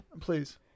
Please